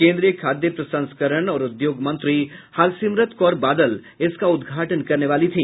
केन्द्रीय खाद्य प्रसंस्करण और उद्योग मंत्री हरसिमरत कौर बादल इसका उदघाटन करने वाली थी